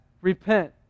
Repent